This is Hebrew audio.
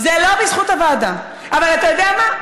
זה לא בזכות הוועדה, אבל אתה יודע מה?